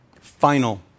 Final